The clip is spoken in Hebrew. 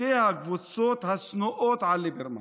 שתי הקבוצות השנואות על ליברמן.